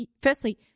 firstly